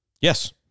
Yes